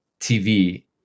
tv